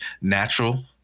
natural